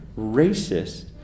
racist